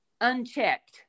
unchecked